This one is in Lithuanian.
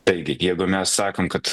taigi jeigu mes sakom kad